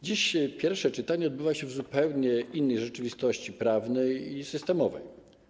Dziś pierwsze czytanie odbywa się w zupełnie innej rzeczywistości prawnej i systemowej.